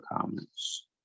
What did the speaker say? comments